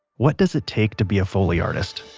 what does it take to be a foley artist?